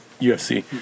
UFC